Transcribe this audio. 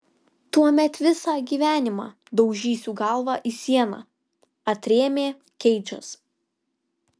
tuomet visą gyvenimą daužysiu galvą į sieną atrėmė keidžas